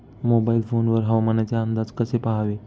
Mobile phone वर हवामानाचे अंदाज कसे पहावे?